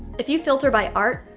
if you filter by art,